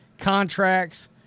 contracts